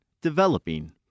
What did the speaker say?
developing